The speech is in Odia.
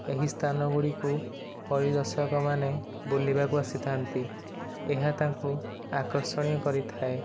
ଏହି ସ୍ଥାନ ଗୁଡ଼ିକୁ ପରିଦର୍ଶକ ମାନେ ବୁଲିବାକୁ ଆସିଥାନ୍ତି ଏହା ତାଙ୍କୁ ଆକର୍ଷଣୀୟ କରିଥାଏ